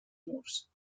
murs